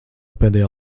pēdējā